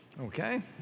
Okay